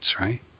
right